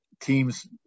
teams